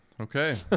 Okay